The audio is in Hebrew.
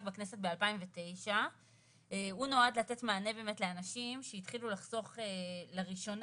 בכנסת ב-2009 שנועד לתת מענה לאנשים שהתחילו לחסוך לראשונה,